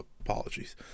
Apologies